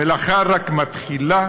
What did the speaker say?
המלאכה רק מתחילה,